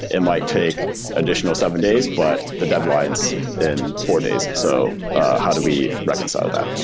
it might take additional seven days, but the deadline is in four days, so how do we reconcile that?